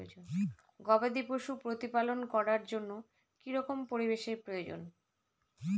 গবাদী পশু প্রতিপালন করার জন্য কি রকম পরিবেশের প্রয়োজন?